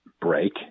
break